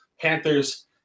Panthers